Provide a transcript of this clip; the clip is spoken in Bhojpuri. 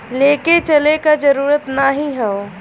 लेके चले क जरूरत नाहीं हौ